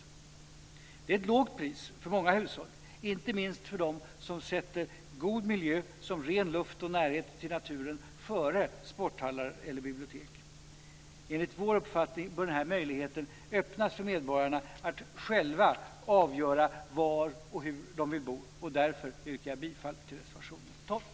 Detta är ett lågt pris för många hushåll, inte minst för dem som sätter god miljö som ren luft och närhet till naturen före sporthallar eller bibliotek. Enligt vår uppfattning bör denna möjlighet öppnas för medborgarna, att själva avgöra var och hur de vill bo. Därför yrkar jag bifall till reservation 12.